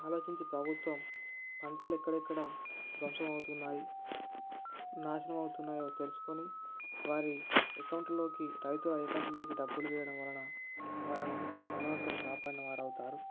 ఆలోచించి ప్రభుత్వం పంటలు ఎక్కడెక్కడ ద్వంసం అవుతున్నాయి నాశనం అవుతున్నాయో తెలుసుకొని వారి అకౌంట్లోకి రైతుల అకౌంట్ లోకి డబ్బులు వేయాడం వలన వాళ్లను ప్రాణాలతో కాపాడినవారవుతారు